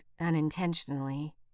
unintentionally